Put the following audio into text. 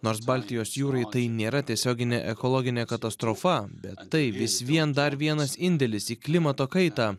nors baltijos jūrai tai nėra tiesioginė ekologinė katastrofa bet tai vis vien dar vienas indėlis į klimato kaitą